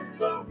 go